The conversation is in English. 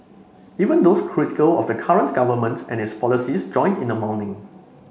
even those critical of the current governments and its policies joined in the mourning